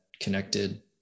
connected